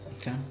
Okay